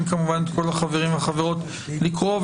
כמובן את כל החברים והחברות לקרוא אותו.